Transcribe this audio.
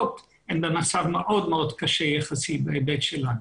הן במצב מאוד מאוד קשה יחסית בהיבט שלנו.